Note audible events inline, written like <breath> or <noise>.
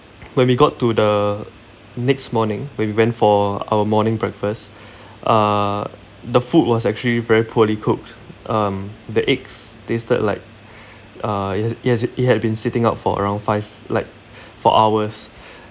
when we got to the next morning when we went for our morning breakfast <breath> uh the food was actually very poorly cooked um the eggs tasted like <breath> uh it has it has it had been sitting out for around five like <breath> for hours <breath>